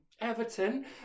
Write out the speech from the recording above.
Everton